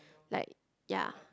like ya